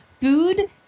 food